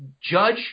judge